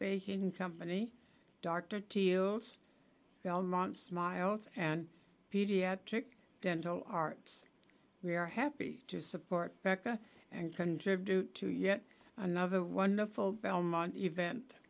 baking company dr teal's belmont smiles and pediatric dental arts we are happy to support becca and contribute to yet another wonderful belmont event